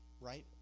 right